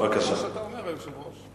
טוב שאתה אומר, היושב-ראש.